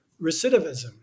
recidivism